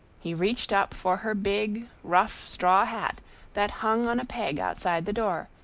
he reached up for her big, rough straw hat that hung on a peg outside the door,